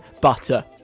butter